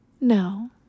No